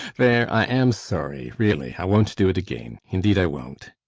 there, i am sorry, really. i won't do it again. indeed i won't.